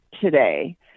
today